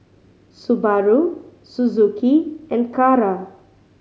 Subaru Suzuki and Kara